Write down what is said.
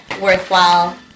worthwhile